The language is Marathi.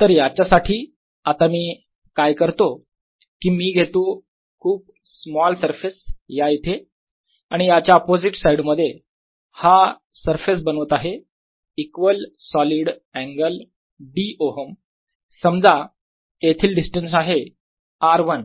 तर याच्यासाठी आता मी काय करतो की मी घेतो खूप स्मॉल सरफेस या येथे आणि याच्या अपोझिट साईड मध्ये हा सरफेस बनवत आहे इक्वल सॉलिड अँगल dΩ समजा येथील डिस्टन्स आहे r 1